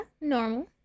normal